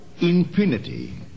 infinity